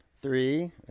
Three